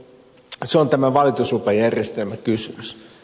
se on tämä valituslupajärjestelmäkysymys